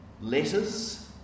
letters